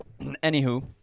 anywho